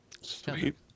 Sweet